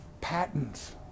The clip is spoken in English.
patents